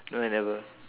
no I never